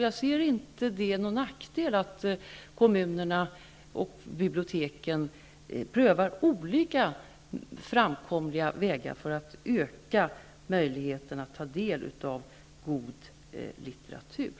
Jag ser det inte som en nackdel att kommunerna och biblioteken prövar olika framkomliga vägar för att öka möjligheten att ta del av god litteratur.